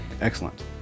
excellent